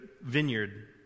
vineyard